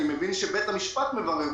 אני מבין שבית המשפט מברר,